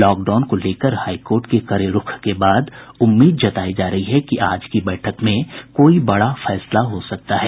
lockdown को लेकर high court के कड़े रूख के बाद उम्मीद जतायी जा रही है कि आज की बैठक में कोई बड़ा फैसला हो सकता है